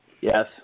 Yes